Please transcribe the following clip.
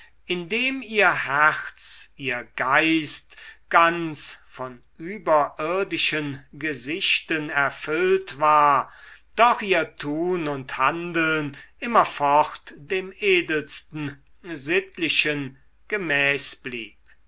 indem ihr herz ihr geist ganz von überirdischen gesichten erfüllt war doch ihr tun und handeln immerfort dem edelsten sittlichen